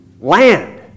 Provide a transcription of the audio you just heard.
land